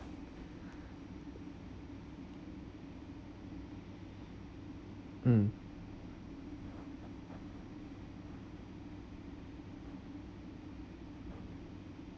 mm